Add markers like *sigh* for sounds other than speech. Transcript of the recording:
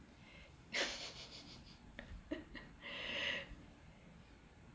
*laughs*